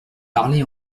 parlez